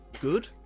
good